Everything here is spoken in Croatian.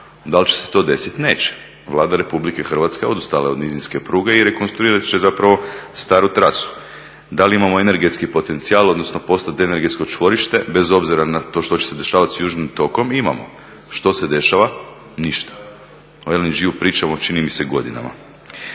Da li će se to desiti? Neće. Vlada Republike Hrvatske odustala je od nizinske pruge jer konstruirati će zapravo staru trasu. Da li imamo energetski potencijal, odnosno postat energetsko čvorište, bez obzira na to što će se dešavati sa južnim tokom, imamo. Što se dešava? Ništa. O LNG-u pričamo čini mi se godinama.